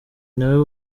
nawe